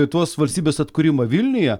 lietuvos valstybės atkūrimą vilniuje